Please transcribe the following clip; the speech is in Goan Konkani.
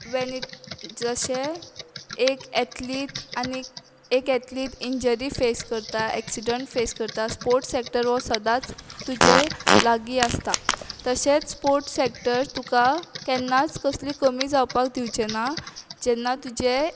वॅन ईट जशें एक एतलीट आनीक एक एतलीट इंजरी फेस करता एक्सिडण्ट फेस करता स्पोर्ट्स सॅक्टर वो सदांच तुजे लागीं आसता तशेंच स्पोर्ट्स सॅक्टर तुका केन्नाच कसली कमी जावपाक दिवचें ना जेन्ना तुजें